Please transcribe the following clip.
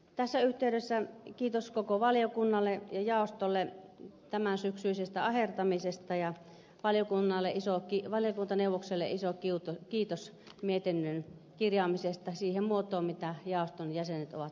tässä yhteydessä kiitos koko valiokunnalle ja jaostolle tämänsyksyisestä ahertamisesta ja valiokuntaneuvokselle iso kiitos mietinnön kirjaamisesta siihen muotoon kuin jaoston jäsenet ovat tahtoneet